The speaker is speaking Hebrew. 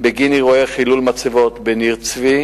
בגין אירועי חילול מצבות בניר-צבי,